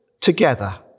together